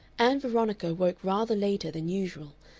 ann veronica woke rather later than usual,